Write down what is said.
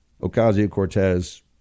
Ocasio-Cortez